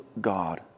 God